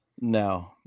no